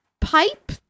pipe